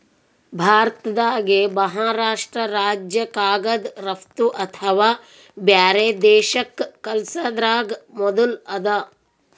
ಭಾರತ್ದಾಗೆ ಮಹಾರಾಷ್ರ್ಟ ರಾಜ್ಯ ಕಾಗದ್ ರಫ್ತು ಅಥವಾ ಬ್ಯಾರೆ ದೇಶಕ್ಕ್ ಕಲ್ಸದ್ರಾಗ್ ಮೊದುಲ್ ಅದ